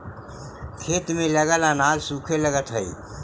खेत में लगल अनाज सूखे लगऽ हई